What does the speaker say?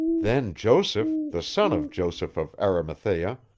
then joseph, the son of joseph of arimathea,